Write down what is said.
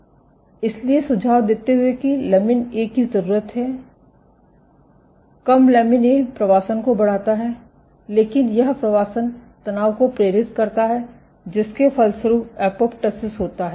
इसलिए यह सुझाव देते हुए कि लमिन ए की जरूरत है कम लमिन ए प्रवासन को बढ़ाता है लेकिन यह प्रवासन तनाव को प्रेरित करता है जिसके फलस्वरूप एपोप्टोसिस होता है